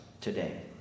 today